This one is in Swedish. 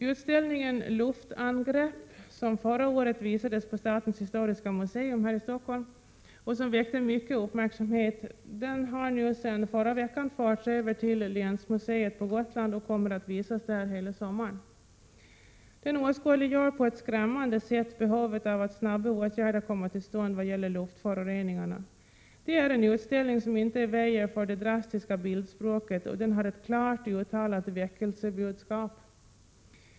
Utställningen Luftangrepp som förra året visades på statens historiska museum här i Stockholm och som väckte mycket uppmärksamhet har nu i förra veckan förts över till Länsmuseet på Gotland och kommer att visas där hela sommaren. Den åskådliggör på ett skrämmande sätt behovet av att snabba åtgärder kommer till stånd vad gäller luftföroreningarna. Det är en utställning som inte väjer för det drastiska bildspråket, och den har ett klart uttalat väckelsebudskap.